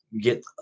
get